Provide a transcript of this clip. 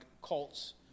cults